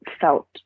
felt